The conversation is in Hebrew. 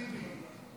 חבר הכנסת טיבי,